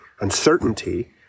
Uncertainty